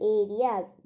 areas